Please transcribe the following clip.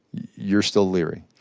you're still leery?